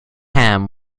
ham